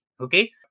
Okay